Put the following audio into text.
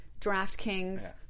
DraftKings